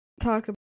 talk